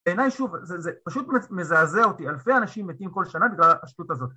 בעיניי שוב זה פשוט מזעזע אותי, אלפי אנשים מתים כל שנה בגלל השטות הזאת